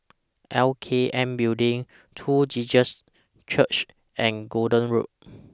L K N Building True Jesus Church and Gordon Road